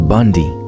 Bundy